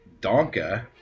donka